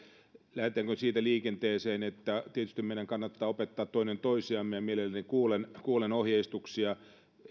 lähdetäänkö siitä liikenteeseen että tietysti meidän kannattaa opettaa toinen toisiamme ja mielelläni kuulen kuulen ohjeistuksia